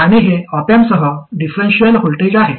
आणि हे ऑप अँपसह डिफरेन्शिएल व्होल्टेज आहे